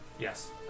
Yes